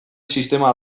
sistema